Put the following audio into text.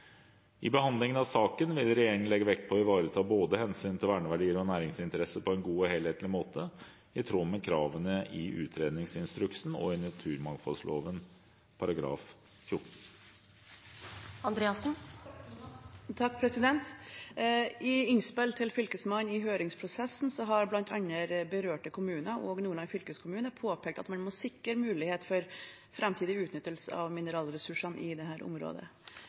I behandlingen av saken vil regjeringen legge vekt på å ivareta hensyn til både verneverdier og næringsinteresser på en god og helhetlig måte, i tråd med kravene i utredningsinstruksen og i naturmangfoldloven § 14. I innspill til Fylkesmannen i høringsprosessen har bl.a. berørte kommuner og Nordland fylkeskommune påpekt at man må sikre mulighet for framtidig utnyttelse av mineralressursene i dette området.